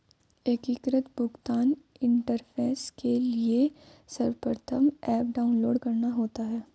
एकीकृत भुगतान इंटरफेस के लिए सर्वप्रथम ऐप डाउनलोड करना होता है